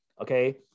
Okay